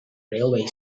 railway